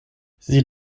sie